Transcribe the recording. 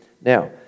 Now